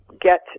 get